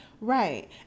right